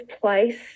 place